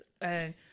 and-